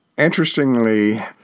Interestingly